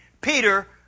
Peter